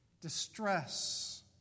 distress